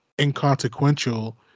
inconsequential